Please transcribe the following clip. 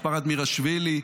משפחת מירלשווילי,